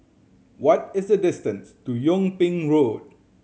what is the distance to Yung Ping Road